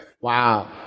Wow